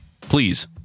Please